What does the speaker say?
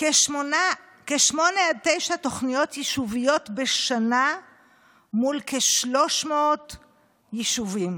כשמונה עד תשע תוכניות יישוביות בשנה מול כ-300 יישובים.